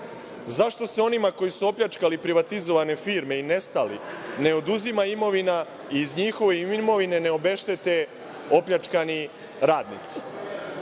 su onima koji su opljačkali privatizovane firme i nestali ne oduzima imovina i iz njihove imovine ne obeštete opljačkani radnici? Zašto